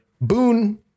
Boone